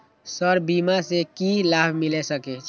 Sir बीमा से की लाभ मिल सके छी?